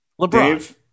LeBron